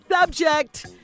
Subject